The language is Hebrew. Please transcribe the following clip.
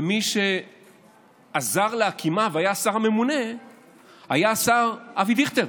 ומי שעזר להקימה והיה השר הממונה היה השר אבי דיכטר.